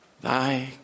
Thy